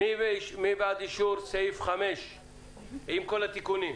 מי בעד אישור 5 עם כל התיקונים?